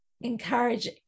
encourage